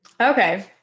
Okay